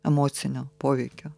emocinio poveikio